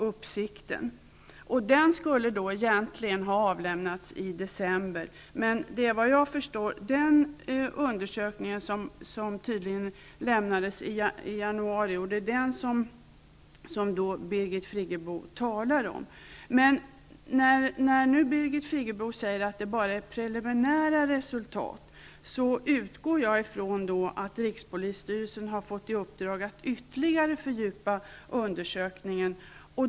Den undersökningen skulle egentligen ha avlämnats i december, men lämnades tydligen i januari. Det är såvitt jag förstår den undersökningen som Birgit Friggebo talar om. När nu Birgit Friggebo säger att det bara är preliminära resultat som redovisats, utgår jag ifrån att rikspolisstyrelsen har fått i uppdrag att ytterligare fördjupa undersökningen.